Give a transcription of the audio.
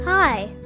Hi